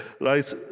right